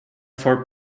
for